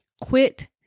quit